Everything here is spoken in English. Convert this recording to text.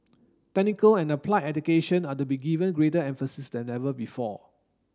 technical and applied education are to be given greater emphasis than ever before